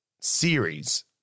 series